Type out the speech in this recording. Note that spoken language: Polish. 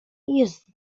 jest